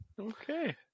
Okay